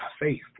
faith